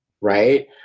right